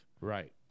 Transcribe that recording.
Right